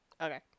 Okay